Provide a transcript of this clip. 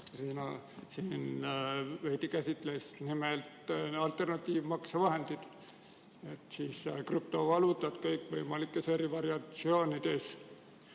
siin veidi käsitles – nimelt, alternatiivmaksevahendid, krüptovaluutad kõikvõimalikes eri variatsioonides